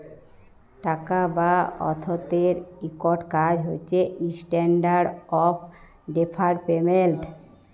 টাকা বা অথ্থের ইকট কাজ হছে ইস্ট্যান্ডার্ড অফ ডেফার্ড পেমেল্ট